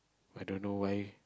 i don't know why